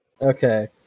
Okay